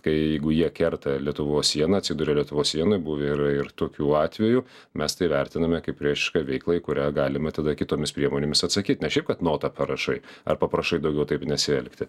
kai jeigu jie kerta lietuvos sieną atsiduria lietuvos sienoj buvo ir ir tokių atvejų mes tai vertiname kaip priešišką veiklą į kurią galime tada kitomis priemonėmis atsakyt ne šiaip kad notą parašai ar paprašai daugiau taip nesielgti